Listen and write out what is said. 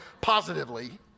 positively